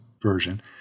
version